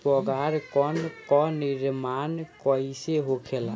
पराग कण क निर्माण कइसे होखेला?